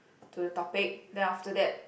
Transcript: to the topic then after that